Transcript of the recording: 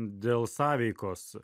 dėl sąveikos